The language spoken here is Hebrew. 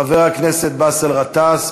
חבר הכנסת באסל גטאס,